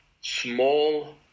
small